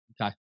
Okay